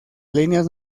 líneas